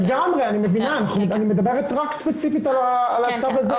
אני מדברת רק ספציפית על הצו הזה.